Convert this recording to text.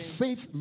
faith